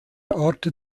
orte